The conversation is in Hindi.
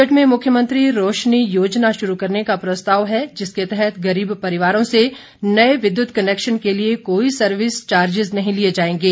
बजट में मुख्यमंत्री रोशनी योजना शुरू करने का प्रस्ताव है जिसके तहत गरीब परिवारों को नए विद्युत कनेकशन के लिए कोई सर्विस चार्जिज नहीं लिए जाएंगे